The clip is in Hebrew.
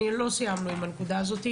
לא סיימנו עם הנקודה הזאת,